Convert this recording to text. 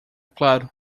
claro